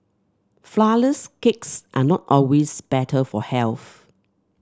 flourless cakes are not always better for health